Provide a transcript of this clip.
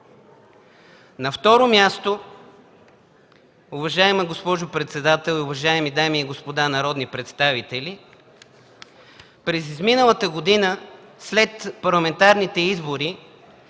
На второ място, уважаема госпожо председател и уважаеми дами и господа народни представители, през изминалата година след парламентарните избори